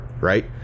right